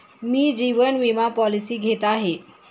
मी जीवन विमा पॉलिसी घेत आहे